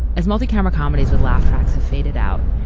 as multi-camera comedies with laugh tracks have faded out,